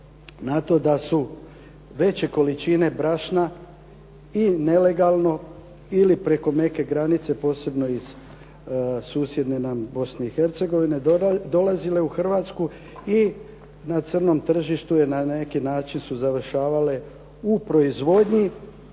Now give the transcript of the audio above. na to da su veće količine brašna i nelegalno ili preko neke granice, posebno iz susjedne nam Bosne i Hercegovine, dolazile u Hrvatsku i na crnom tržištu je na neki način su završavale u proizvodnji